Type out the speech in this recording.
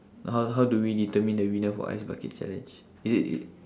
how how do we determine the winner for ice bucket challenge is it